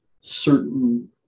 certain